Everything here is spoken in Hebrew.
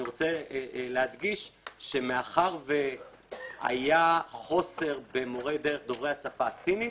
אני רוצה להדגיש שמאחר שהיה מחסור במורי דרך דוברי השפה הסינית,